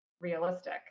realistic